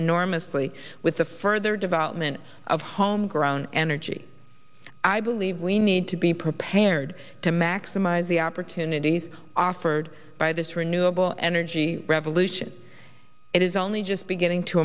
enormously with the further development of homegrown energy i believe we need to be prepared to maximize the opportunities offered by this renewable energy revolution it is only just beginning to